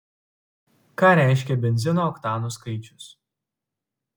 ką reiškia benzino oktanų skaičius